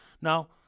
Now